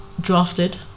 drafted